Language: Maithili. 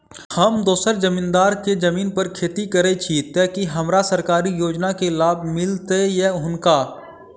हम दोसर जमींदार केँ जमीन पर खेती करै छी तऽ की हमरा सरकारी योजना केँ लाभ मीलतय या हुनका?